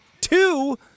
two